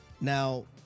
Now